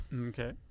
Okay